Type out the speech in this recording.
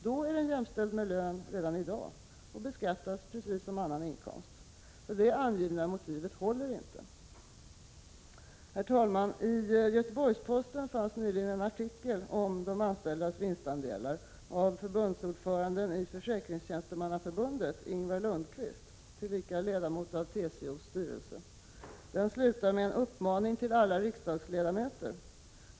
Då är den jämställd med lön redan i dag och beskattas precis som annan inkomst. Så detta regeringens motiv håller inte. Herr talman! I Göteborgs-Posten fanns nyligen en artikel om de anställdas vinstandelar skriven av förbundsordföranden i Försäkringstjänstemannaförbundet Ingvar Lundqvist, tillika ledamot i TCO:s styrelse. Artikeln avslutas med en uppmaning till alla riksdagsledamöter.